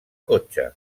cotxe